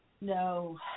No